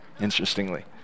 interestingly